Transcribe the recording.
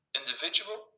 individual